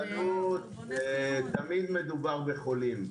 תמיד מדובר בחולים.